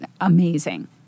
Amazing